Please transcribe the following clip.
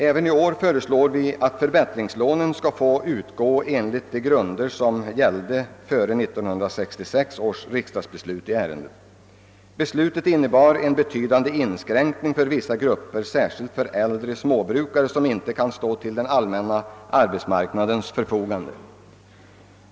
: Även i år föreslår vi att förbättringslånen skall få utgå enligt de grunder som gällde före 1966 års riksdagsbeslut i frågan, som medförde en betydande inskränkning för vissa grupper, särskilt för äldre småbrukare som inte kan stå till den allmänna arbetsmarknadens förfogande.